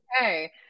okay